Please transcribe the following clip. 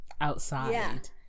outside